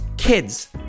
Kids